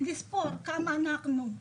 ולספור כמה אנחנו,